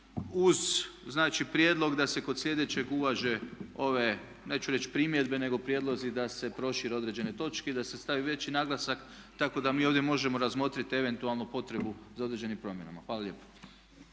prijedlog da se kod sljedećeg uvaže ove, neću reći primjedbe, nego prijedlozi da se prošire određene točke i da se stavi veći naglasak tako da mi ovdje možemo razmotriti eventualnu potrebu za određenim promjenama. Hvala lijepo.